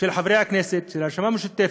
של חברי הכנסת של הרשימה המשותפת,